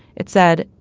it said,